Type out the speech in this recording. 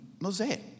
Mosaic